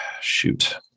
shoot